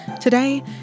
Today